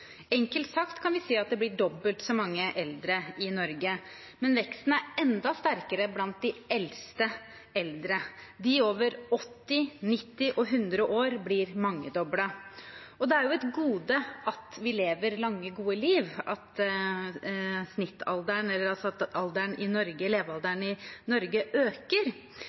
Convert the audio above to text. Enkelt sagt kan vi si at det blir dobbelt så mange eldre i Norge, men veksten er enda sterkere blant de eldste eldre. Antallet over 80, 90 og 100 år blir mangedoblet. Det er et gode at vi lever et langt, godt liv, at levealderen i Norge øker.